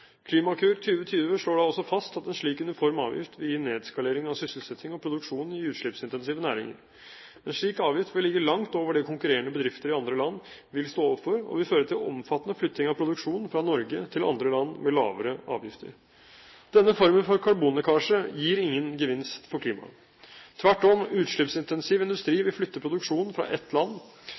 Klimakur 2020 slår da også fast at en slik uniform avgift vil gi nedskalering av sysselsetting og produksjon i utslippsintensive næringer. En slik avgift vil ligge langt over det konkurrerende bedrifter i andre land vil stå overfor, og vil føre til omfattende flytting av produksjon fra Norge til andre land med lavere avgifter. Denne formen for karbonlekkasje gir ingen gevinst for klimaet. Tvert om, utslippsintensiv industri vil flytte produksjon fra et land